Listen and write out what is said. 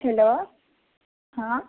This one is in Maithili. हेलो हँ